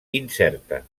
incerta